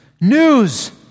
news